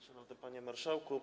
Szanowny Panie Marszałku!